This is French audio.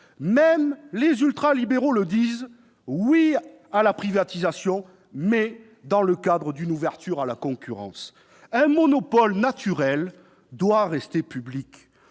Même les ultralibéraux disent :« Oui à la privatisation, mais dans le cadre d'une ouverture à la concurrence. » Un monopole naturel doit rester public.